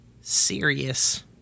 serious